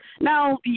now